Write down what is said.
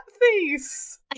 face